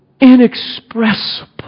inexpressible